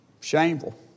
Shameful